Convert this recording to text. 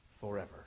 forever